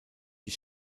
die